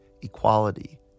equality